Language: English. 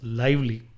lively